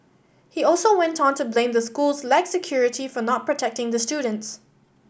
he also went on to blame the school's lax security for not protecting the students